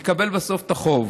יקבל בסוף את החוב.